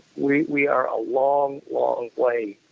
we we are a long, long way,